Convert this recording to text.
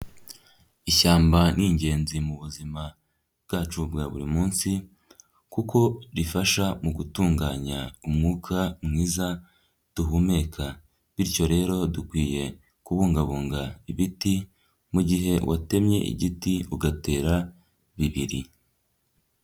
Ishyamba ni ingenzi mubu buzima bwacu bwa buri munsi kuko rifasha mu gutunganya umwuka mwiza duhumeka bityo rero dukwiye kubungabunga ibiti, mu gihe watemye igiti ugatera bibiri.